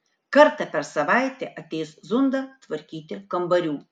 kartą per savaitę ateis zunda tvarkyti kambarių